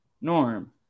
Norm